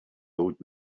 old